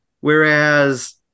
Whereas